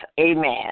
amen